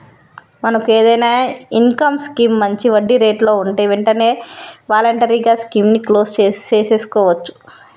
మనకు ఏదైనా income scheme మంచి వడ్డీ రేట్లలో ఉంటే వెంటనే వాలంటరీగా స్కీమ్ ని క్లోజ్ సేసుకోవచ్చు